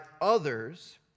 others